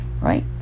right